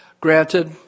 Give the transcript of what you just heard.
Granted